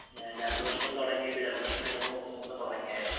ജലദോഷം തുടങ്ങീട്ട് ജലദോഷം രണ്ട് മൂന്ന് ദിവസം മുൻപ് തുടങ്ങിയായിരുന്നു